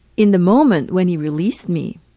in the moment when he released me,